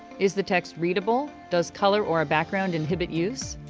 is the text readable? does color or a background inhibit use?